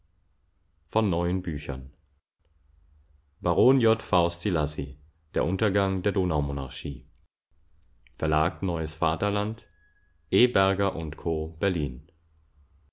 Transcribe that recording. von neuen büchern baron j v szilassy der untergang der donaumonarchie verlag neues vaterland e berger co berlin